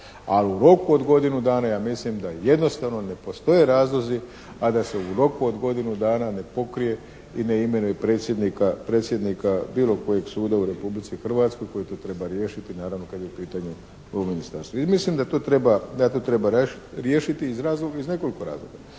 ali u roku od godinu dana ja mislim da jednostavno ne postoje razlozi a da se u roku od godinu dana ne pokrije i ne imenuje predsjednika bilo kojeg suda u Republici Hrvatskoj koji to treba riješiti naravno kada je u pitanju ovo ministarstvo. I mislim da to treba riješiti iz nekoliko razloga,